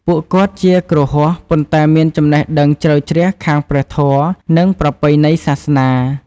ពួកគាត់ជា គ្រហស្ថ ប៉ុន្តែមាន ចំណេះដឹងជ្រៅជ្រះខាងព្រះធម៌ និងប្រពៃណីសាសនា។